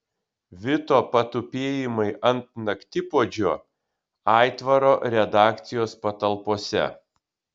vito patupėjimai ant naktipuodžio aitvaro redakcijos patalpose